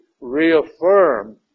reaffirm